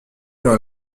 dans